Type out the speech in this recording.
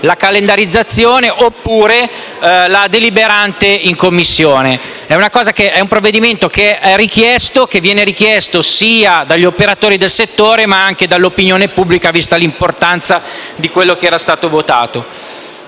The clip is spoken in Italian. che venga trattato in sede deliberante in Commissione. È un provvedimento richiesto sia dagli operatori del settore, ma anche dall'opinione pubblica, vista l'importanza di quello che era stato votato.